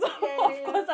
ya ya ya